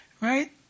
right